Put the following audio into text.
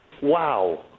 Wow